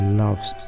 loves